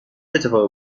اتفاقی